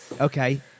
Okay